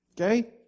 Okay